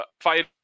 fight